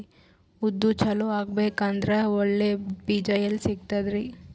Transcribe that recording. ಉದ್ದು ಚಲೋ ಆಗಬೇಕಂದ್ರೆ ಒಳ್ಳೆ ಬೀಜ ಎಲ್ ಸಿಗತದರೀ?